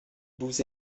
vous